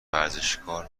ورزشکار